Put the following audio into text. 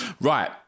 Right